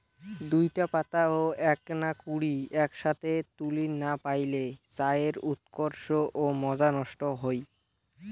দুইটা পাতা ও এ্যাকনা কুড়ি এ্যাকসথে তুলির না পাইলে চায়ের উৎকর্ষ ও মজা নষ্ট হই